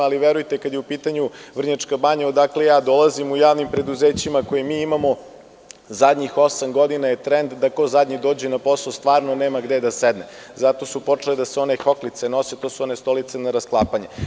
Ali, verujte kada je u pitanju Vrnjačka Banja odakle ja dolazim u javnim preduzećima koje mi imamo zadnjih osam godina je trend da ko zadnji dođe na posao stvarno nema gde da sedne, zato su počele da se one hoklice nose to su one stolice na rasklapanje.